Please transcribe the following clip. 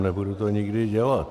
Nebudu to nikdy dělat.